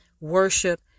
worship